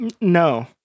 No